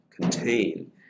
contain